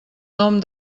nom